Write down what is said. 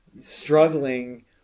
struggling